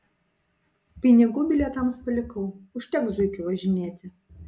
pinigų bilietams palikau užteks zuikiu važinėti